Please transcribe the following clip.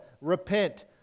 Repent